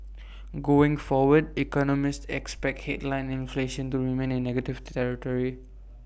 going forward economists expect headline inflation to remain in negative territory